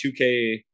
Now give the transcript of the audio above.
2K